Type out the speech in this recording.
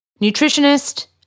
nutritionist